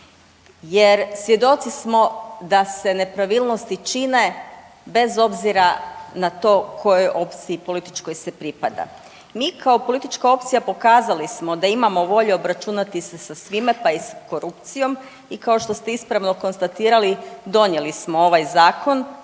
jer svjedoci smo da se nepravilnosti čine bez obzira na to kojoj opciji političkoj se pripada. Mi kao politička opcija pokazali smo da imamo volje obračunati se sa svima, pa i s korupcijom i kao što ste ispravno konstatirali donijeli smo ovaj zakon